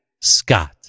Scott